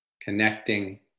connecting